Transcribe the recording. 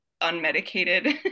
unmedicated